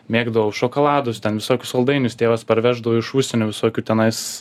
mėgdavau šokoladus ten visokius saldainius tėvas parveždavo iš užsienio visokių tenais